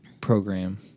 program